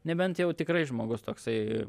nebent jau tikrai žmogus toksai